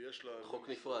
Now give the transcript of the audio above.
יש חוק נפרד.